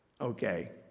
okay